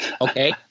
Okay